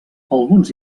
alguns